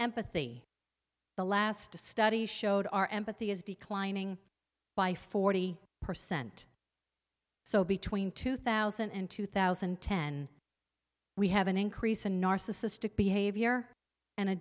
empathy the last a study showed our empathy is declining by forty percent so between two thousand and two thousand and ten we have an increase in narcissistic behavior and a